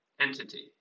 entity